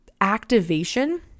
activation